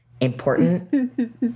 important